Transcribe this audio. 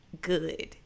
good